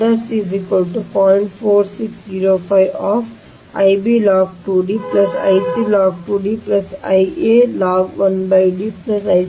ಆದ್ದರಿಂದ ಆದ್ದರಿಂದ I b ಮತ್ತು I c ಅಲ್ಲಿ I a ಅನ್ನು ವಾಸ್ತವವಾಗಿ ಹೊರಹಾಕಲಾಗಿದೆ